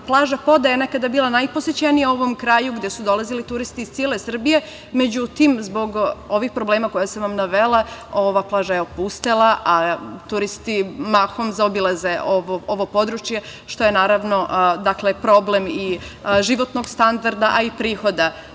Plaža je bila nekada najposećenija u ovom kraju gde su dolazili turisti iz cele Srbije. Međutim, zbog ovih problema koja sam vam navela ova plaža je opustela, a turisti mahom zaobilaze ovo područje, što je, naravno, problem i životnog standarda, a i prihoda